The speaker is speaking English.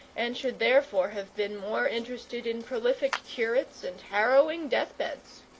and should therefore have been more interested in prolific curates and harrowing deathbeds.